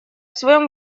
своем